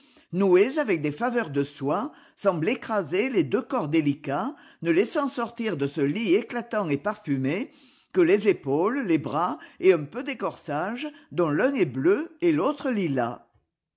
noués avec des faveurs de soie semble écraser les deux corps délicats ne laissant sortir de ce lit éclatant et parfumé que les épaules les bras et un peu des corsages dont l'un est bleu et l'autre lilas